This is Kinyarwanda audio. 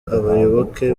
abayoboke